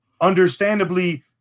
understandably